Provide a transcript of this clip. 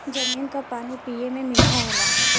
जमीन क पानी पिए में मीठा होला